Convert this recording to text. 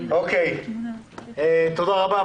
תודה רבה.